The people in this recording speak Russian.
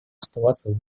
оставаться